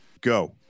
Go